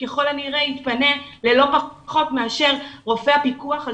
ככל הנראה יתמנה ללא פחות מאשר רופא הפיקוח על